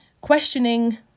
questioning